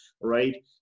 right